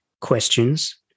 questions